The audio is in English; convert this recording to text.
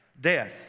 Death